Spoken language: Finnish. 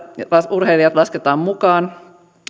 urheilijat lasketaan mukaan